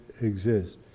exist